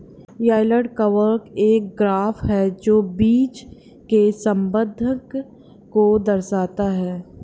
yield curve एक graph है जो बीच के संबंध को दर्शाता है